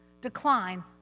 decline